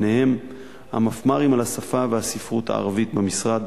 וביניהם המפמ"רים על השפה והספרות הערבית במשרד,